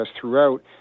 throughout